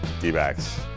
D-backs